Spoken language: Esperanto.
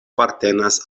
apartenas